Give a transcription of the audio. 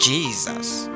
Jesus